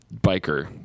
biker